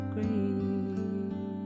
Green